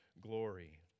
glory